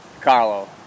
Carlo